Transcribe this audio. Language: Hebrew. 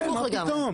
הפוך, הפוך לגמרי.